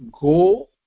go